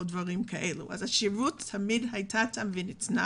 כלומר, השירות תמיד ניתן.